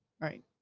Right